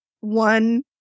one